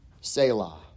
Selah